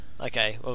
okay